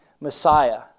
Messiah